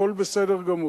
הכול בסדר גמור.